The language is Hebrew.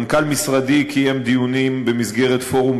מנכ"ל משרדי קיים דיונים במסגרת פורום